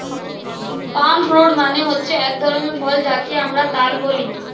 পাম fruit মানে হচ্ছে এক ধরনের ফল যাকে আমরা তাল বলি